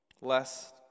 Less